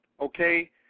Okay